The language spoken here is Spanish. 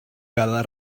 cada